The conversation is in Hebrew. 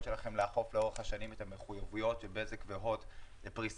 שלכם לאכוף לאורך השנים את המחויבויות של בזק והוט לפריסה